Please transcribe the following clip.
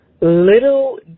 little